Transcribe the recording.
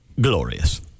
glorious